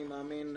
אני מאמין,